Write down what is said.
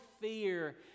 fear